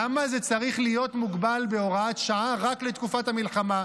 למה זה צריך להיות מוגבל בהוראת שעה רק לתקופת המלחמה?